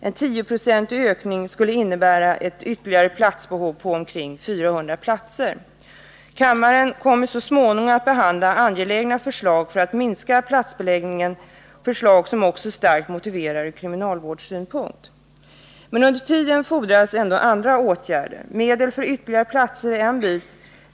En 10-procentig ökning skulle innebära ett behov av omkring 400 platser ytterligare. Kammaren kommer så småningom att behandla angelägna förslag om att minska platsbeläggningen — förslag som också är starkt motiverade ur kriminalvårdssynpunkt. Men under tiden fordras ändå andra åtgärder. Medel till ytterligare platser är en bit.